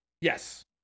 Yes